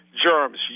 germs